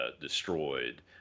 destroyed